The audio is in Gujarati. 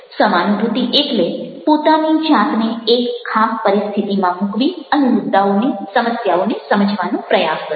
સમાનુભૂતિ એટલે પોતાની જાતને એક ખાસ પરિસ્થિતિમાં મૂકવી અને મુદ્દાઓને સમસ્યાઓને સમજવાનો પ્રયાસ કરવો